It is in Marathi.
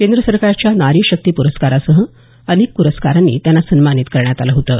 केंद्र सरकारच्या नारी शक्ती पुरस्कारासह अनेक पुरस्कारांनी त्यांना सन्मानित करण्यात आलं होतं